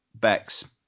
Bex